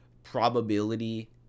probability